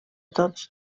tots